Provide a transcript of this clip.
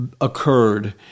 occurred